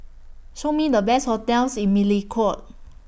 Show Me The Best hotels in Melekeok